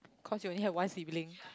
cause you only have one sibling